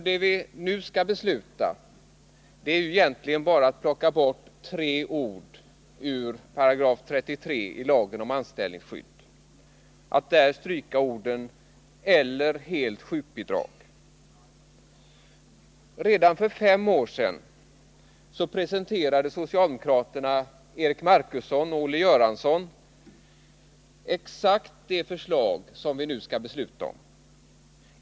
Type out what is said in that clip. Det vi nu skall besluta är ju egentligen bara att plocka bort tre ord ur lagen om anställningsskydd. Vi skall stryka orden ”eller helt sjukbidrag”. Redan för fem år sedan presenterade socialdemokraterna Eric Marcusson och Olle Göransson exakt det förslag som vi nu skall besluta om.